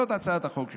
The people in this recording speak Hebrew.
זאת הצעת החוק שלך.